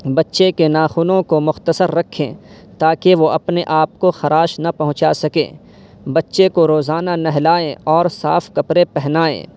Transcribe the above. بچے کے ناخنوں کو مختصر رکھیں تاکہ وہ اپنے آپ کو خراش نہ پہنچا سکیں بچے کو روزانہ نہلائیں اور صاف کپڑے پہنائیں